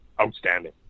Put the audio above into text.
outstanding